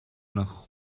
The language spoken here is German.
nach